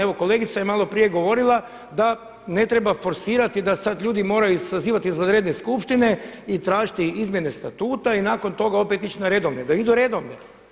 Evo kolegica je malo prije govorila da ne treba forsirati da sad ljudi moraju sazivati izvanredne skupštine i tražiti izmjene statuta i nakon toga opet ići na redovne, da idu redovne.